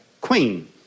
queen